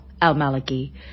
al-Maliki